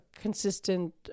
consistent